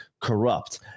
corrupt